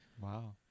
Wow